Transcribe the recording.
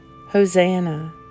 Hosanna